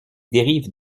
dérive